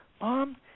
Mom